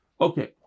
Okay